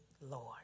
Lord